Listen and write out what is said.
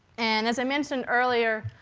and as i mentioned earlier,